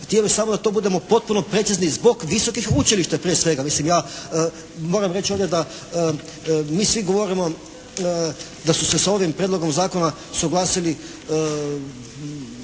Htio bih samo da tu budemo potpuno precizni zbog visokih učilišta prije svega. Mislim ja moram reći ovdje da mi svi govorimo da su se sa ovim Prijedlogom zakona suglasili